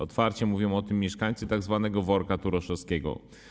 Otwarcie mówią o tym mieszkańcy tzw. worka turoszowskiego.